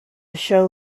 show